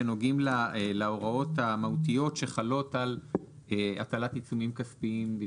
שנוגעים להוראות המהותיות שחלות על הטלת עיצומים כספיים.